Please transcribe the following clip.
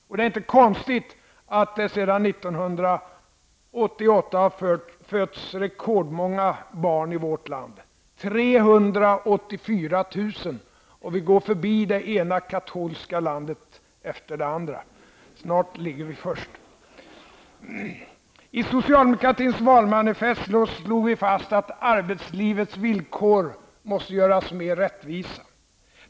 Och det är inte konstigt att det sedan 1988 har fötts rekordmånga barn i vårt land, 384 000. Vi går förbi det ena katolska landet efter det andra. Snart ligger vi först. I socialdemokratins valmanifest slår vi fast att arbetslivets villkor måste göras mer rättvisa.